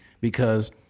because-